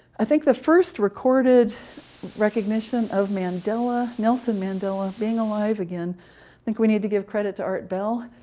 i think the first recorded recognition of mandela, nelson mandela, being alive again think we need to give credit to art bell.